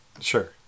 Sure